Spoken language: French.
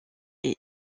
est